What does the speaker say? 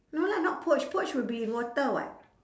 no lah not poached poached would be in water [what]